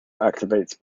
activates